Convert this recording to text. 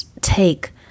take